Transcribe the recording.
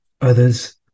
others